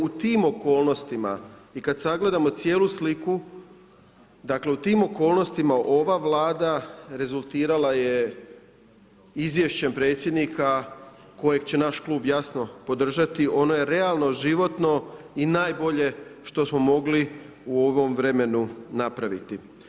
U tim okolnostima i kada sagledamo cijelu sliku, dakle u tim okolnostima ova Vlada rezultirala je izvješćem predsjednika kojeg će naš klub jasno podržati, ono je realno, životno i najbolje što smo mogli u ovom vremenu napraviti.